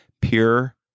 Pure